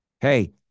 Hey